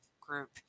group